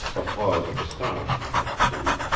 a pause of astonishment ensued.